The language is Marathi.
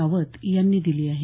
रावत यांनी दिली आहे